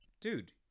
Dude